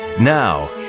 Now